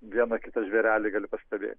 vieną kitą žvėrelį gali pastebėti